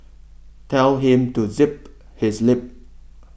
tell him to zip his lip